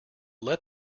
let